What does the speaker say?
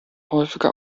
häufige